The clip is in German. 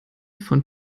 von